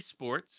Esports